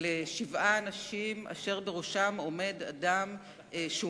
לשבעה אנשים אשר בראשם עומד אדם שהוא